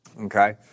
Okay